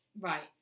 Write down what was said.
Right